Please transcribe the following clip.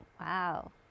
Wow